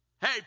Hey